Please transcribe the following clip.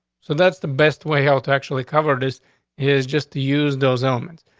so that's the best way health actually cover. this is just to use those elements.